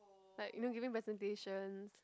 like you know giving presentations